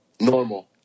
normal